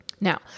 Now